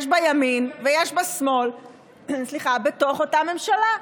יש בה ימין ויש בה שמאל בתוך אותה ממשלה.